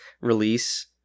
release